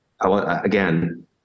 again